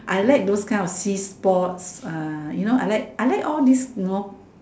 I like those kind of sea sports uh you know I like I like all these you know